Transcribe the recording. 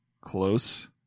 Close